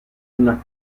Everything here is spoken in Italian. una